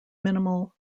minimal